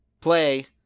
play